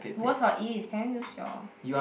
was or is can you use your